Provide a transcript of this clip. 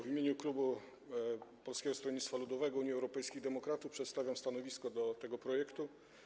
W imieniu klubu Polskiego Stronnictwa Ludowego - Unii Europejskich Demokratów przedstawiam stanowisko dotyczące tego projektu.